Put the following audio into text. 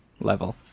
level